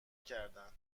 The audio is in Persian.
کردن